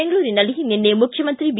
ಬೆಂಗಳೂರಿನಲ್ಲಿ ನಿನ್ನೆ ಮುಖ್ಯಮಂತ್ರಿ ಬಿ